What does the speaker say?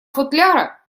футляра